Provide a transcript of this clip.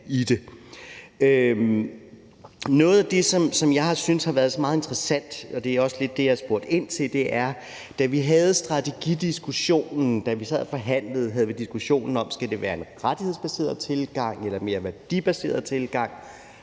Noget af det, som jeg har syntes har været meget interessant, og det er også lidt det, jeg har spurgt ind til, er, at da vi havde strategidiskussionen, da vi sad og forhandlede, havde vi diskussionen om, om det skal være en rettighedsbaseret tilgang eller en mere værdibaseret tilgang,